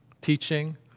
teaching